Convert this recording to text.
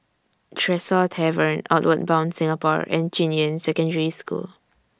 Tresor Tavern Outward Bound Singapore and Junyuan Secondary School